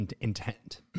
intent